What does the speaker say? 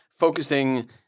focusing